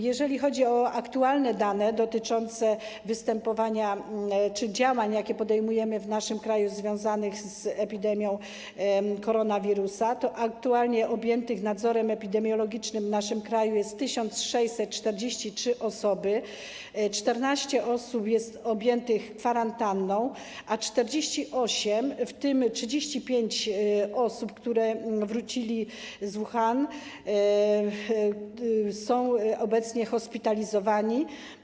Jeżeli chodzi o aktualne dane dotyczące działań, jakie podejmujemy w naszym kraju, związanych z epidemią wywołaną koronawirusem, to aktualnie nadzorem epidemiologicznym w naszym kraju objęte są 1643 osoby, 14 osób jest objętych kwarantanną, a 48, w tym 35 osób, które wróciły Wuhan, jest obecnie hospitalizowanych.